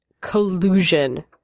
collusion